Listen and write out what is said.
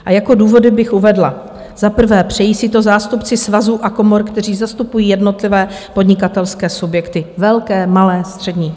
A jako důvody bych uvedla za prvé, přejí si to zástupci svazů a komor, kteří zastupují jednotlivé podnikatelské subjekty, velké, malé, střední.